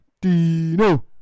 Dino